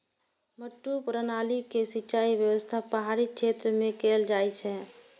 मड्डू प्रणाली के सिंचाइ व्यवस्था पहाड़ी क्षेत्र मे कैल जाइ छै